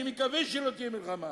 אני מקווה שלא תהיה מלחמה.